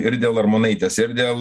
ir dėl armonaitės ir dėl